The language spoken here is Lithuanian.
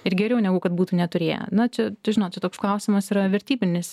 ir geriau negu kad būtų neturėję na čia žinot čia toks klausimas yra vertybinis